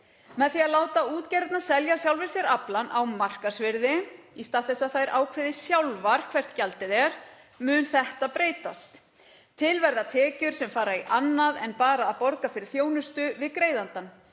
Með því að láta útgerðirnar selja sjálfum sér aflann á markaðsvirði í stað þess að þær ákveði sjálfar hvert gjaldið er mun þetta breytast. Til verða tekjur sem fara í annað en bara að borga fyrir þjónustu við greiðandann,